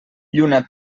lluna